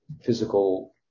physical